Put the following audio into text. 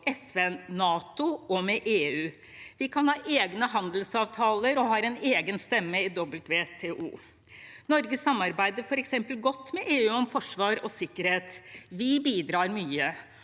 FN, NATO og EU. Vi kan ha egne handelsavtaler, og vi har en egen stemme i WTO. Norge samarbeider f.eks. godt med EU om forsvar og sikkerhet. Vi bidrar mye.